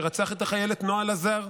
שרצח את החיילת נועה לזר,